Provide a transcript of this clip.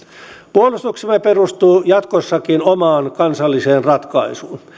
puolustuksemme perustuu jatkossakin omaan kansalliseen ratkaisuun